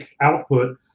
output